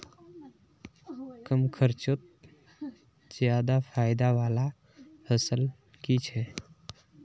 कम खर्चोत ज्यादा फायदा वाला फसल की छे?